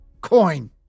Coin